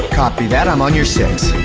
copy that, i'm on your six.